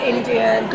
Indian